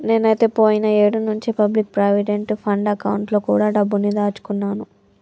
నేనైతే పోయిన ఏడు నుంచే పబ్లిక్ ప్రావిడెంట్ ఫండ్ అకౌంట్ లో కూడా డబ్బుని దాచుకున్నాను